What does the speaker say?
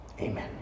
Amen